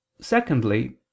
Secondly